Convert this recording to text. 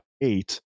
eight